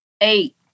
Eight